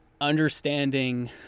understanding